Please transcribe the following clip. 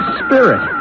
spirit